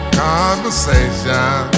conversation